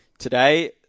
Today